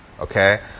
okay